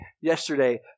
yesterday